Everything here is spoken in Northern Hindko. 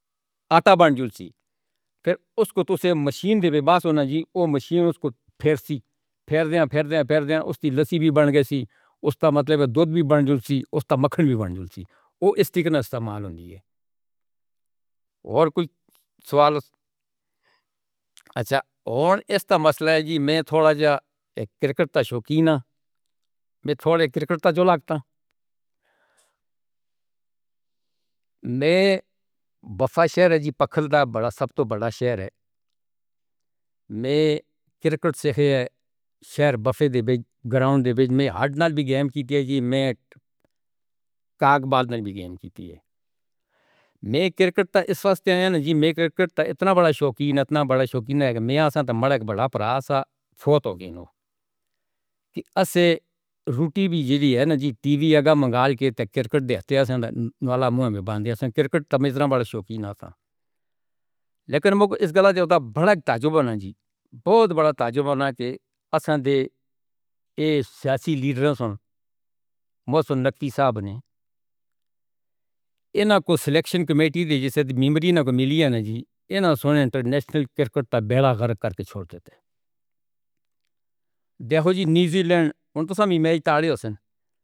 آٹا بنجل سی۔ پھر اُسکو تُسے مشین وی باس۔ ہونا جی اوہ مشین کو پھیر سے پھیر دے۔ پھیر دے۔ پھیر اُسے لسی وی بن گئے سی اُسکا۔ مطلب دُودھ وی بنجل سی اُسکا۔ مکھن وی بنجل سی۔ او اِستعمال ہوندی ہے۔ اور کُچھ سوال۔ اچھا۔ اور اِسکا مسئلہ ہے جی میں تھوڑا سا کرکٹر شوقین ہے۔ میں تھوڑے کرکٹ دا چلانے والا تھا۔ میں بسا شہر جی پکش دا بڑا سب تو بڑا شہر ہے۔ میں کرکٹ سے ہے شہر وفا دے گراؤنڈ بھیج مہار نا وی گیم کِتیا جی میں کاغ بازار میں وی گیم کِتی ہے۔ میں کرکٹ دا اِس واسطے نہیں جی۔ میں کرکٹر اِتنا بڑا شوقین اِتنا بڑا شوقین ہے کہ میں آسان تو بڑا پورا سا شوت ہوگا نا کہ ایسے روٹی وی جلی ہے۔ نا جی ٹیوی آگے منگا لے کے کرکٹ دیتے۔ اَیسں والا مُنہ بند کر کرکٹ تمیز نام بڑا شوقین تھا۔ لیکن اِس گالا چوڑا بڑا تعجب نا جی بہت بڑا تعجب ہے کہ اَیسں دے یے سیاسی لیڈر ہیں۔ محسن نقوی صاحب نے۔ اِن کو سلیکشن کمیٹی نے جیسے میں بنا ملیاں نا جی اِن انٹرنیشنل کرکٹ پر بڑا گھر کرکے چھوڑ دیتے ہیں۔ دیکھو جی نیوزی لینڈ تو سمیٹی آلیں ہیں۔